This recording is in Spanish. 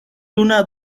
una